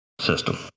system